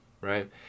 right